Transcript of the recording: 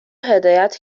هدایت